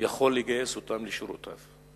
יכול לגייס אותם לשירותיו.